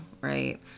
right